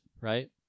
right